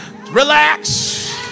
Relax